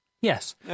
Yes